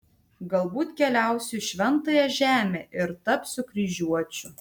galbūt keliausiu į šventąją žemę ir tapsiu kryžiuočiu